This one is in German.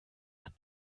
man